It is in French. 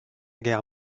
guerre